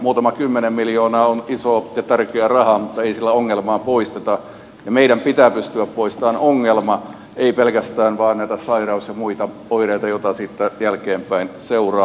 muutama kymmenen miljoonaa on iso ja tärkeä raha mutta ei sillä ongelmaa poisteta ja meidän pitää pystyä poistamaan ongelma ei pelkästään näitä sairaus ja muita oireita joita siitä jälkeenpäin seuraa